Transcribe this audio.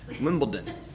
Wimbledon